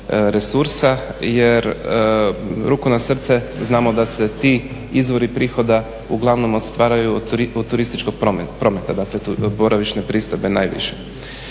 jer ruku na srce znamo da se ti izvori prihoda uglavnom ostvaruju od turističko prometa dakle boravišne pristojbe najviše.